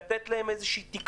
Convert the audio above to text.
לתת להם תקווה,